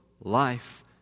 life